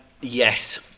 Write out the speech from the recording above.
Yes